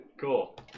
Cool